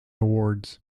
awards